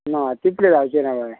ना तितलें जावचें ना बाय